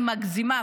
היא מגזימה,